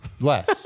Less